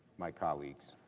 my colleagues,